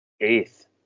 eighth